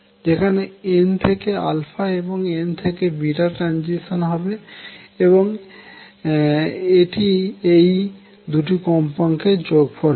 এখন n থেকে α এবং n থেকে ট্রাঞ্জিশন হবে এবং এটি এটি এই দুটি কম্পাঙ্কের যোগফল হবে